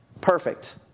perfect